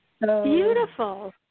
Beautiful